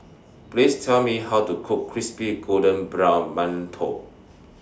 Please Tell Me How to Cook Crispy Golden Brown mantou